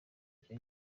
ryo